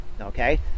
Okay